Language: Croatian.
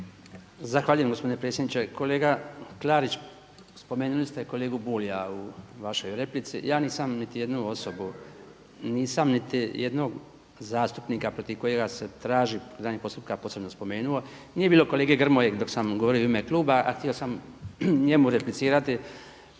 Zahvaljujem gospodine predsjedniče. Kolega Klarić, spomenuli ste kolegu Bulja u vašoj replici. Ja nisam niti jednu osobu, nisam niti jednog zastupnika protiv kojega se traži pokretanje postupka posebno spomenuo. Nije bilo kolege Grmoje dok sam govorio u ime kluba a htio sam njemu replicirati